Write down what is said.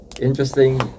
interesting